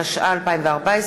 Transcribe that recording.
התשע"ה 2014,